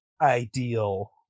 ideal